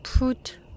Put